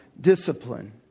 discipline